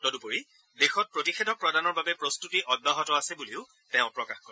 তদুপৰি দেশত প্ৰতিষেধক প্ৰদানৰ বাবে প্ৰস্ততিত অব্যাহত আছে বুলিও তেওঁ প্ৰকাশ কৰে